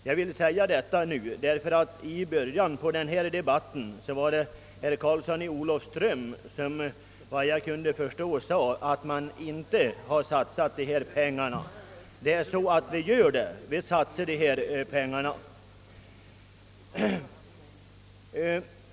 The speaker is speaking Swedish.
Jag vill framhålla detta därför att herr Karlsson i Olofström i början av debatten hävdade att dessa pengar inte hade satsats.